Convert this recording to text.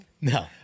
No